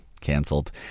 canceled